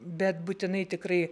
bet būtinai tikrai